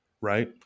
right